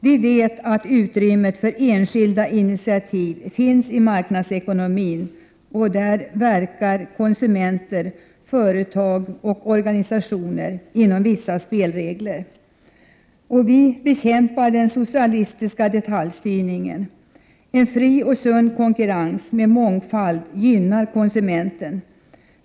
Vi vet att utrymmet för enskilda initiativ finns i marknadsekonomin, och där verkar konsumenter, företag och organisationer inom vissa spelregler. Vi bekämpar den socialistiska detaljstyrningen. En fri och sund konkurrens med mångfald gynnar konsumenten.